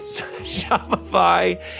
Shopify